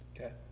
Okay